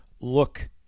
look